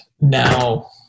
now